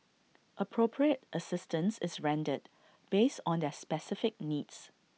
appropriate assistance is rendered based on their specific needs